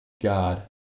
God